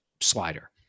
slider